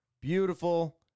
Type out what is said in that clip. beautiful